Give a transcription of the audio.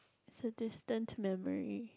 is a distant memory